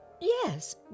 Yes